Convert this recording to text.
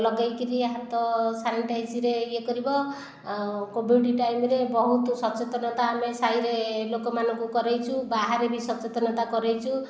ଲଗାଇକରି ହାତ ସାନିଟାଇଜ୍ କରିବ ଓ କୋଭିଡ଼ ଟାଇମରେ ବହୁତ ସଚେତନତା ଆମେ ସାହିରେ ଲୋକମାନଙ୍କୁ କରାଇଛୁ ବାହାରେ ବି ସଚେତନତା କରାଇଛୁ